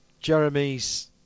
Jeremy's